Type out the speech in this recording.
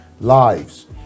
lives